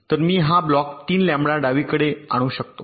तर मी हा ब्लॉक 3 लॅम्बडा डावीकडे आणू शकतो